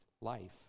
life